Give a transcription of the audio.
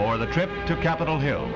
for the trip to capitol hill